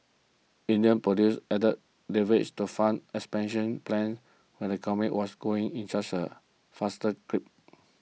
Indian producers added leverage to fund expansion plans when the economy was growing faster clip